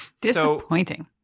Disappointing